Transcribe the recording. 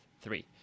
three